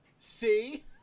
See